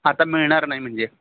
आता मिळणार नाही म्हणजे